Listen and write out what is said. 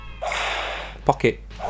Pocket